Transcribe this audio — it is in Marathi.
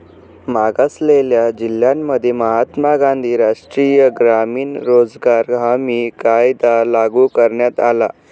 मागासलेल्या जिल्ह्यांमध्ये महात्मा गांधी राष्ट्रीय ग्रामीण रोजगार हमी कायदा लागू करण्यात आला